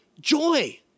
Joy